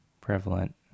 prevalent